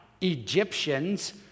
Egyptians